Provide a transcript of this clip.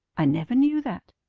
i never knew that.